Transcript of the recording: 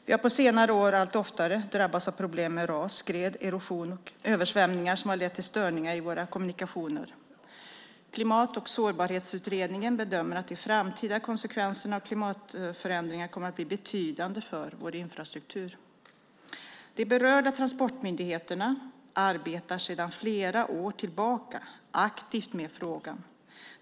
Vi har på senare år allt oftare drabbats av problem med ras, skred, erosion och översvämningar som har lett till störningar i våra kommunikationer. Klimat och sårbarhetsutredningen bedömer att de framtida konsekvenserna av klimatförändringarna kommer att bli betydande för vår infrastruktur. De berörda transportmyndigheterna arbetar sedan flera år tillbaka aktivt med frågan.